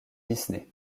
disney